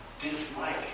dislike